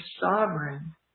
sovereign